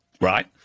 right